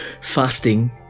fasting